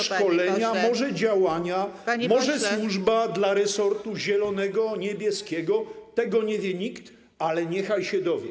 Może szkolenia, może działania, może służba dla resortu zielonego, niebieskiego - tego nie wie nikt, ale niechaj się dowie.